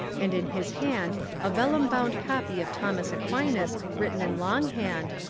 and in his hand a vellum-bound copy of thomas aquinas written in long hand,